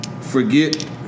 Forget